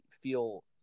feel